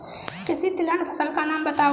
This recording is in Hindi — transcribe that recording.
किसी तिलहन फसल का नाम बताओ